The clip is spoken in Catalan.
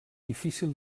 difícil